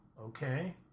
okay